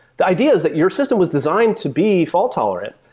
the ideas that your system was designed to be fault-tolerant.